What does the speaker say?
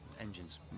engines